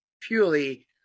purely